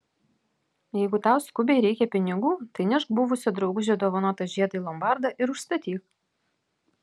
jeigu tau skubiai reikia pinigų tai nešk buvusio draugužio dovanotą žiedą į lombardą ir užstatyk